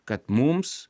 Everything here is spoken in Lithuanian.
kad mums